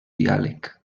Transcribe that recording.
diàleg